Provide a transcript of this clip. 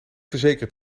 verzekeren